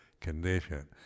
condition